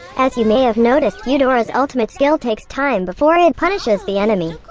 as you may have noticed, eudora's ultimate skill takes time before it punishes the enemy.